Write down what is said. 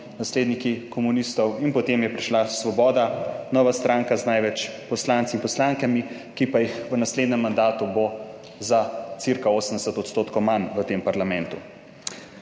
nasledniki komunistov, in potem je prišla Svoboda, nova stranka z največ poslanci in poslankami, ki pa jih bo v naslednjem mandatu za cirka 80 % manj v tem parlamentu.